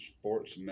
sports